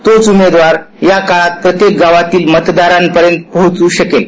तोच उमेदवार या काळात प्रत्येक गावातील मतदारापर्यंत पोहचू शकेल